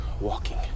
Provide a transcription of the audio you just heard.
walking